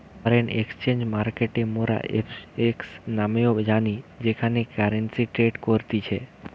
foreign exchange মার্কেটকে মোরা FX নামেও জানি যেখানে কারেন্সি ট্রেড করতিছে